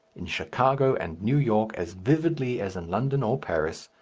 in chicago and new york as vividly as in london or paris,